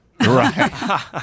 Right